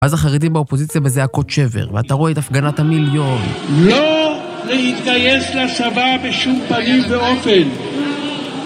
‫אז החרדים באופוזיציה בזעקות שבר, ‫ואתה רואה את הפגנת המיליון. ‫לא להתגייס לצבא בשום פנים ואופן.